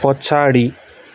पछाडि